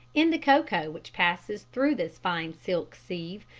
in the cocoa which passes through this fine silk sieve,